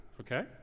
okay